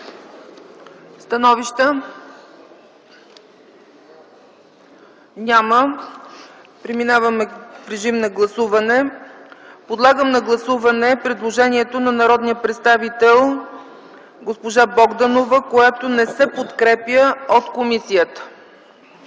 закрит. Преминаваме към режим на гласуване. Подлагам на гласуване предложението на народния представител Янаки Стоилов, което не се подкрепя от комисията.